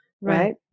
right